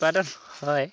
উৎপাদন হয়